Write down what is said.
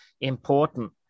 important